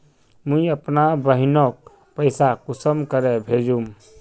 मुई अपना बहिनोक पैसा कुंसम के भेजुम?